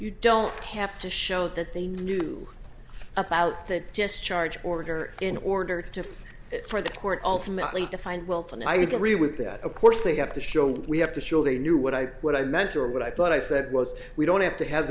you don't have to show that they knew about that just charge order in order to for the court ultimately to find wealth and i would agree with that of course they have to show we have to show they knew what i what i meant or what i thought i said was we don't have to have